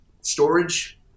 storage